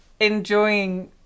enjoying